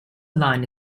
line